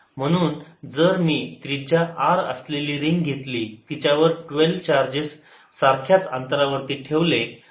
म्हणून जर मी त्रिज्या R असलेली रिंग घेतली तिच्यावर12 चार्जेस सारख्याच अंतरावरती ठेवले आहेत